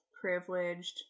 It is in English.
privileged